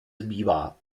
zbývá